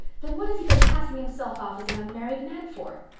then what has he been passing himself off as an unmarried man for?